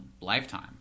lifetime